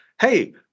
hey